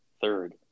third